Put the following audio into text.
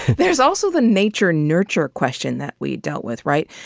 there's also the nature-nurture question that we dealt with, right?